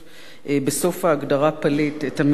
בסוף ההגדרה "פליט" את המלים: